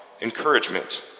encouragement